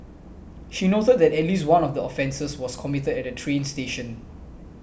she noted that at least one of the offences was committed at a train station